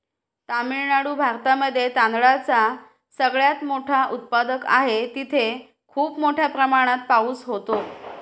तामिळनाडू भारतामध्ये तांदळाचा सगळ्यात मोठा उत्पादक आहे, तिथे खूप मोठ्या प्रमाणात पाऊस होतो